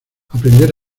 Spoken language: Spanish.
aprender